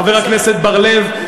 חבר הכנסת בר-לב,